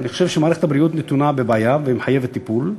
אני חושב שמערכת הבריאות נתונה בבעיה והיא מחייבת טיפול.